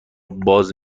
باز